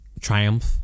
triumph